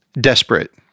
desperate